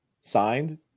signed